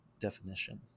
definition